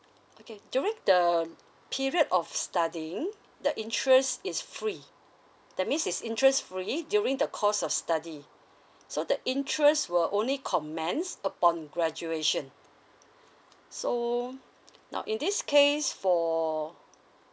okay during the period of studying the interest is free that means it's interest free during the course of study so the interest will only commence upon graduation so now in this case for